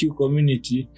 community